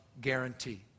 guarantee